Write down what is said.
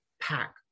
pack